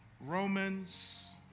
Romans